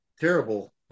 terrible